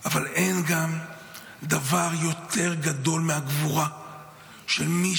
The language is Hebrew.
אבל אין גם דבר יותר גדול מהגבורה של מי